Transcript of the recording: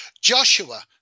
Joshua